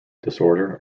disorder